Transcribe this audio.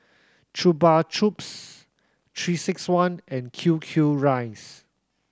Chupa Chups Three Six One and Q Q Rice